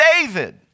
David